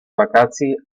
wakacji